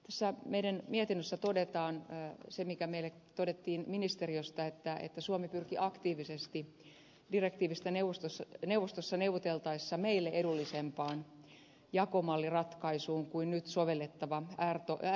tässä meidän mietinnössämme todetaan se mikä meille todettiin ministeriöstä että suomi pyrki aktiivisesti direktiivistä neuvostossa neuvoteltaessa meille edullisempaan jakomalliratkaisuun kuin nyt sovellettava rtk malli